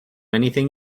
anything